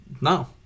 No